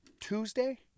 Tuesday